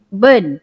burn